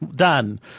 done